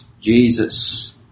Jesus